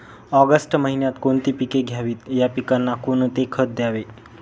August महिन्यात कोणती पिके घ्यावीत? या पिकांना कोणते खत द्यावे?